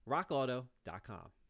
RockAuto.com